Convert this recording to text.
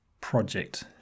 project